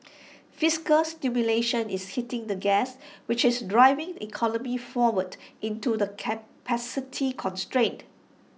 fiscal stimulation is hitting the gas which is driving economy forward into the capacity constraints